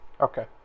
Okay